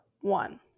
one